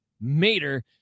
Mater